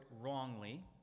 wrongly